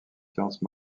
sciences